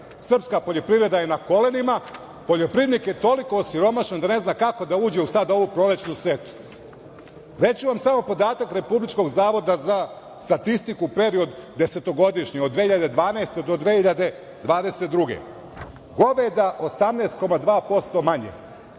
srpska poljoprivreda je na kolenima, poljoprivrednik je toliko osiromašen da ne zna kako da uđe sada u ovu prolećnu setvu. Reći ću vam samo podatak Republičkog zavoda za statistiku, period desetogodišnji, od 2012. do 2022. godine. Goveda – 18,2% manje,